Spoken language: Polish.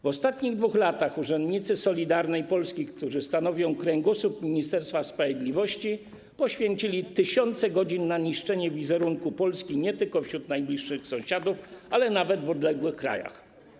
W ostatnich 2 latach urzędnicy Solidarnej Polski, którzy stanowią kręgosłup Ministerstwa Sprawiedliwości, poświęcili tysiące godzin na niszczenie wizerunku Polski nie tylko wśród najbliższych sąsiadów, ale nawet w odległych krajach.